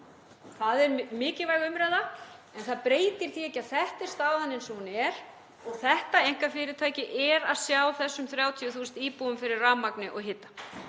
Það er mikilvæg umræða en það breytir því ekki að þetta er staðan eins og hún er. Þetta einkafyrirtæki sér þessum 30.000 íbúum fyrir rafmagni og hita